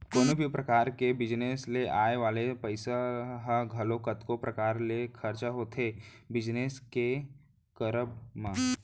कोनो भी परकार के बिजनेस ले आय वाले पइसा ह घलौ कतको परकार ले खरचा होथे बिजनेस के करब म